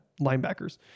linebackers